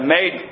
made